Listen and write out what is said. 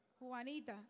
Juanita